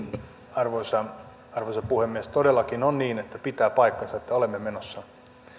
arvoisa arvoisa puhemies todellakin on niin että pitää paikkansa että olemme menossa